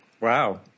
Wow